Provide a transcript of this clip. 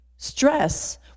Stress